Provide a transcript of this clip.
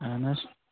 اَہَن حظ